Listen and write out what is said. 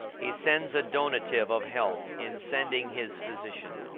he sends a donative of health in sending his physician.